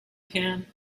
can